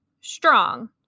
strong